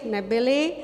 Nebyly.